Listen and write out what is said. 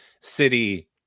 city